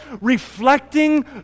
reflecting